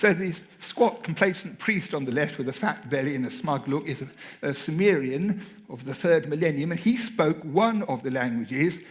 so the squat-complacent priest on the left with the fat belly and the smug look is a ah sumerian of the third millennium. he spoke one of the languages,